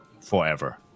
forever